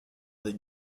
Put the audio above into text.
avec